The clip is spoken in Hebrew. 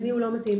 למי הוא לא מתאים.